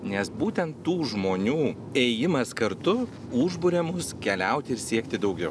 nes būtent tų žmonių ėjimas kartu užburia mus keliauti ir siekti daugiau